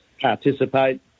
participate